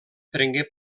prengué